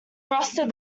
frosted